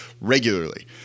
regularly